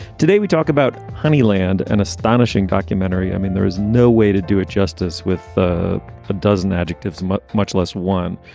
today, we talk about honey land, an astonishing documentary. i mean, there is no way to do it. justice with a ah dozen adjectives, much, much less one.